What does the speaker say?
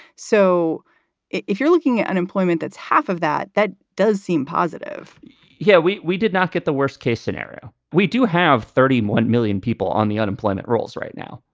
so if you're looking at unemployment, that's half of that. that does seem positive yeah, we we did not get the worst case scenario. we do have thirty one million people on the unemployment rolls right now.